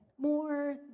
More